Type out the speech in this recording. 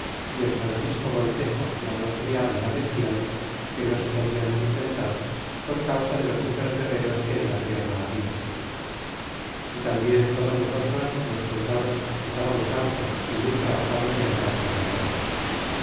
y el francisco montejo alonso de avila decian que no se podian sustentar por causa de los muchos guerreros que en la tierra habla y tambien todos nosotros los soldados estabamos hartos y muy trabajados de andar por la mar